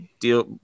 deal